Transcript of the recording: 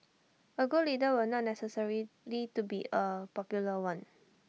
A good leader will not necessarily lead be A popular one